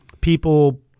people